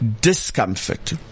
discomfort